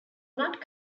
not